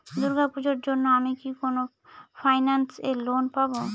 দূর্গা পূজোর জন্য আমি কি কোন ফাইন্যান্স এ লোন পাবো?